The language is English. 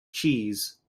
cheese